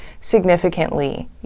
significantly